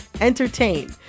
entertain